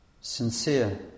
sincere